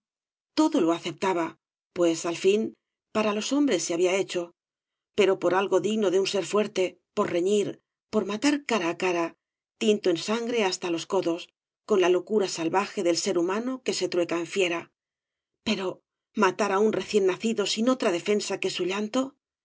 todo lo aceptaba pues al ña para los hombres se había hecho pero por algo digno de isn ser fuerte por reñir por matar cara á cara tinto en sangre hasta los codos con la locura salvaje del ser humano que se trueca en fiera pera matar á un recién nacido sin otra defensa que su llanto